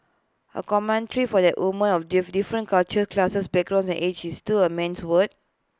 A commentary for that women of different cultures classes backgrounds and age it's still A man's world